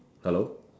hello